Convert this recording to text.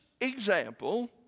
example